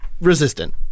resistant